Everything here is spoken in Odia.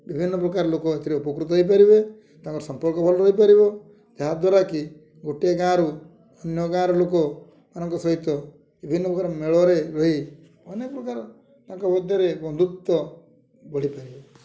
ବିଭିନ୍ନ ପ୍ରକାର ଲୋକ ଏଥିରେ ଉପକୃତ ହୋଇପାରିବେ ତାଙ୍କର ସମ୍ପର୍କ ଭଲ ରହିପାରିବ ଯାହାଦ୍ୱାରା କି ଗୋଟିଏ ଗାଁରୁ ଅନ୍ୟ ଗାଁର ଲୋକମାନଙ୍କ ସହିତ ବିଭିନ୍ନ ପ୍ରକାର ମେଳରେ ରହି ଅନେକ ପ୍ରକାର ତାଙ୍କ ମଧ୍ୟରେ ବନ୍ଧୁତ୍ୱ ବଢ଼ିପାରିବ